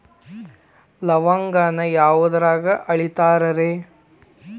ಲವಂಗಾನ ಯಾವುದ್ರಾಗ ಅಳಿತಾರ್ ರೇ?